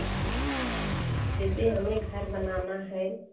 जैसे हमें घर बनाना है